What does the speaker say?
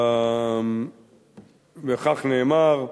וכך נאמר: